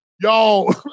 Yo